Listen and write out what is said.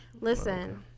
Listen